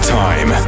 time